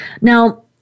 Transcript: Now